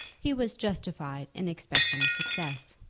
he was justified in expecting success.